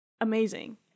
amazing